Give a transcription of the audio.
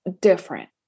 different